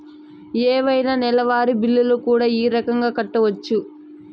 ఏవైనా నెలవారి బిల్లులు కూడా ఈ రకంగా కట్టొచ్చు